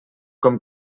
com